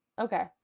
okay